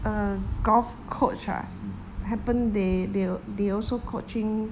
err golf coach ah happen they they they also coaching